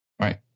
Right